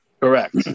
Correct